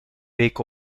week